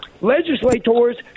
Legislators